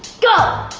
go!